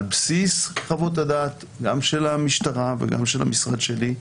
על בסיס חוות הדעת גם של המשטרה וגם של המשרד שלי,